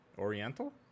oriental